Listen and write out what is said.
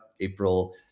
April